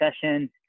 sessions